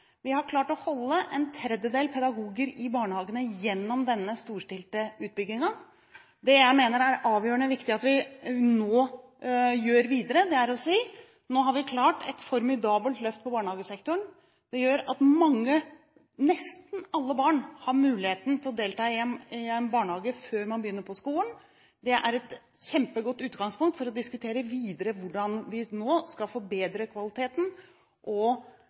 Vi har klart å holde en tredjedel av pedagogene i barnehagene gjennom denne storstilte utbyggingen. Det jeg mener er avgjørende viktig at vi nå gjør videre, er å si: Nå har vi klart et formidabelt løft i barnehagesektoren, som gjør at mange – nesten alle barn – har muligheten til å delta i en barnehage før de begynner på skolen. Det er et kjempegodt utgangspunkt for å diskutere videre hvordan vi nå skal forbedre kvaliteten og